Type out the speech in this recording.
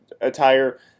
attire